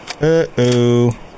Uh-oh